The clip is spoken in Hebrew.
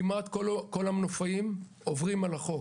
כמעט כל המנופאים עוברים על החוק